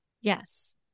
Yes